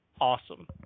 Awesome